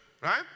right